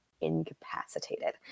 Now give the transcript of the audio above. incapacitated